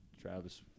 Travis